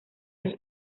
sus